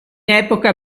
epoca